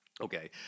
Okay